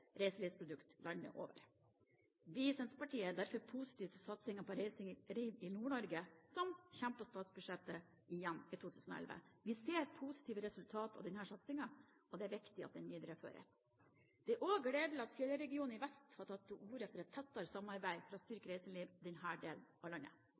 reiselivsprodukter landet over. Vi i Senterpartiet er derfor positive til satsingen på reiseliv i Nord-Norge, som kommer på statsbudsjettet igjen i 2011. Vi ser positive resultater av denne satsingen, og det er viktig at den videreføres. Det er også gledelig at fjellregionen i vest har tatt til orde for et tettere samarbeid for å styrke reiselivet i denne delen av landet.